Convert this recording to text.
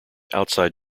outside